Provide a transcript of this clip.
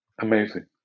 Amazing